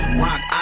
rock